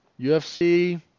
ufc